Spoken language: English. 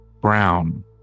brown